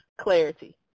clarity